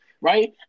right